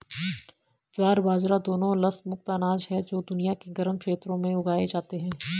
ज्वार बाजरा दोनों लस मुक्त अनाज हैं जो दुनिया के गर्म क्षेत्रों में उगाए जाते हैं